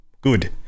Good